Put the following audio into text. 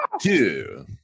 two